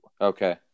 Okay